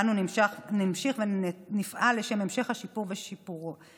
אנו נמשיך ונפעל לשם המשך השיפור ושימורו.